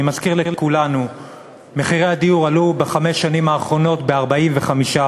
אני מזכיר לכולנו שמחירי הדיור עלו בחמש השנים האחרונות ב-45%.